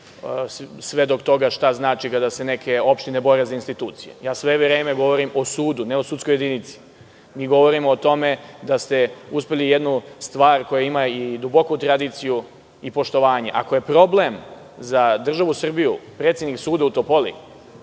svedok toga šta znači kada se neke opštine bore za institucije. Ja sve vreme govorim o sudu, a ne o sudskoj jedinici. Mi govorimo o tome da ste uspeli jednu stvar koja ima i duboku tradiciju i poštovanje…Ako je problem za državu Srbiju predsednik suda u Topoli,